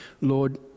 Lord